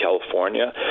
California